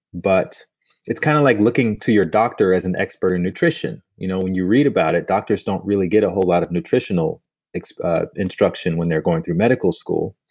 but it's kind of like looking to your doctor as an expert in nutrition. you know when you read about it, doctors don't really get a whole lot of nutritional instruction when they're going through medical school.